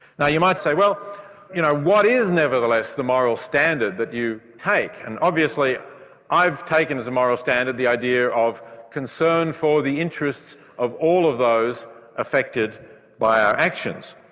now you might say well you know what is nevertheless the moral standard that you take, and obviously i've taken as the moral standard the idea of concern for the interests of all of those affected by our actions.